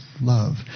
love